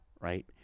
right